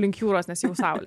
link jūros nes jau saulė